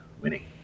winning